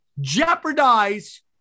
jeopardize